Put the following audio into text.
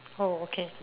oh okay